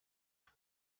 nein